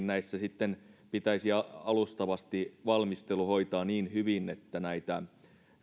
näissä sitten pitäisi alustavasti valmistelu hoitaa niin hyvin että näitä